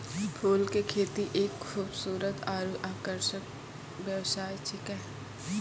फूल के खेती एक खूबसूरत आरु आकर्षक व्यवसाय छिकै